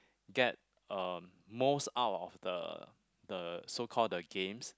get um most out of the the so call the games